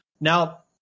now